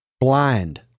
blind